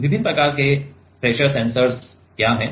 अब विभिन्न प्रकार के प्रेशर सेंसरस क्या हैं